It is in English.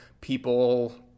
people